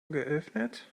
geöffnet